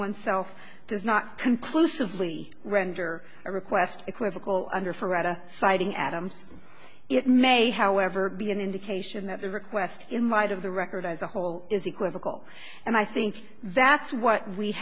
oneself does not conclusively render a request equivocal under forever citing adams it may however be an indication that the request in light of the record as a whole is equivocal and i think that's what we